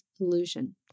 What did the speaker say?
illusion